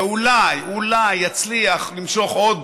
ואולי אולי יצליח למשוך עוד